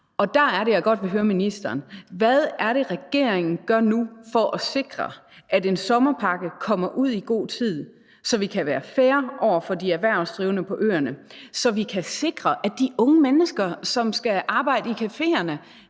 Der er det, jeg godt vil høre ministeren: Hvad er det, regeringen gør nu for at sikre, at en sommerpakke kommer ud i god tid, så vi kan være fair over for de erhvervsdrivende på øerne, så vi kan sikre, at de unge mennesker, som skal arbejde i caféerne,